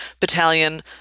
battalion